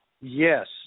Yes